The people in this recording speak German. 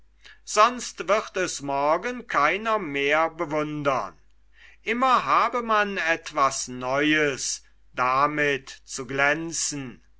sonst wird es morgen keiner mehr bewundern immer habe man etwas neues damit zu glänzen